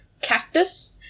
cactus